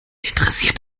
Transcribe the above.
interessiert